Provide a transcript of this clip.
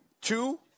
Two